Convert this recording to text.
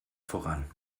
voran